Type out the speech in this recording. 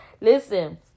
listen